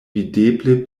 videble